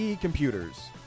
Computers